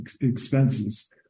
expenses